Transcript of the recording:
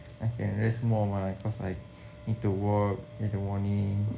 I can rest more mah cause I need to work need to morning